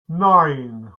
nine